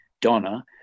Donna